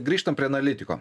grįžtam prie analitiko